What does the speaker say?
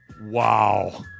Wow